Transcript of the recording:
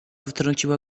wytrąciła